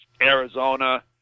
Arizona